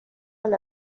del